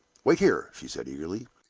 wait here! she said, eagerly.